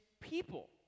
people